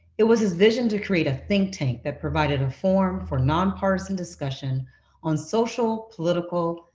it was his vision to create a think tank that provided a forum for non-partisan discussion on social, political,